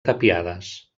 tapiades